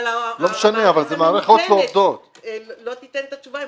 המערכת הממוכנת לא תיתן את התשובה.